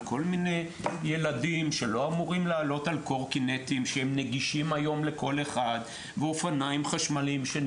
על כל מיני ילדים שלא אמורים לעלות על קורקינטים ואופניים חשמליות,